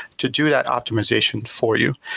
to do that optimization for you.